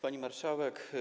Pani Marszałek!